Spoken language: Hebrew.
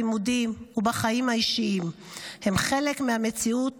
בלימודים ובחיים האישיים הם חלק מהמציאות